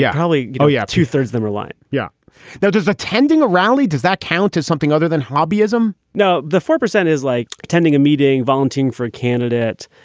yeah holly. oh yeah two thirds them are like yeah that does attending a rally. does that count as something other than hobby ism? no. the four percent is like attending a meeting volunteer for a candidate,